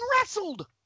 wrestled